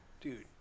Dude